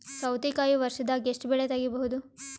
ಸೌತಿಕಾಯಿ ವರ್ಷದಾಗ್ ಎಷ್ಟ್ ಬೆಳೆ ತೆಗೆಯಬಹುದು?